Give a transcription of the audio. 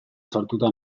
sartuta